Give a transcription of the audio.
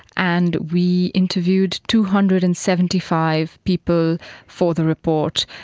and we interviewed two hundred and seventy five people for the report,